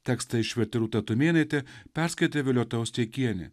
tekstą išvertė rūta tumėnaitė perskaitė violeta osteikienė